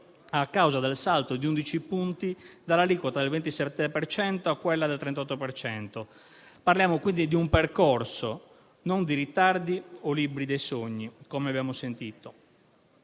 a causa del salto di 11 punti dall'aliquota del 27 per cento a quella del 38 per cento. Parliamo quindi di un percorso, non di ritardi o di libri dei sogni, come abbiamo sentito.